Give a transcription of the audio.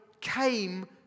came